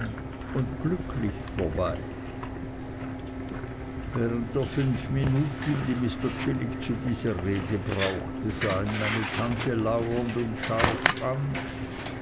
und glücklich vorbei während der fünf minuten die mr chillip zu dieser rede brauchte sah ihn meine tante lauernd und scharf an